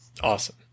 Awesome